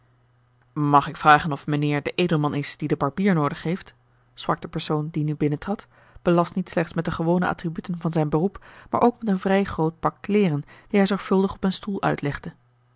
mag ik vragen of mijnheer de edelman is die den barbier noodig heeft sprak de persoon die nu binnentrad belast niet slechts met de gewone attributen van zijn beroep maar ook met een vrij groot pak kleêren die hij zorgvuldig op een stoel uitlegde